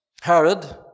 Herod